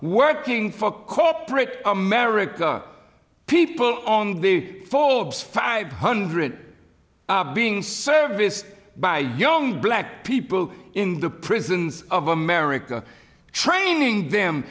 working for corporate america people on the forbes five hundred being serviced by young black people in the prisons of america training them